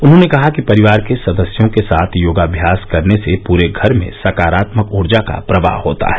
उन्होंने कहा कि परिवार के सदस्यो के साथ योगाभ्यास करने से पूरे घर में सकारात्मक ऊर्जा का प्रवाह होता है